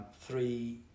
three